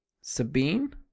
Sabine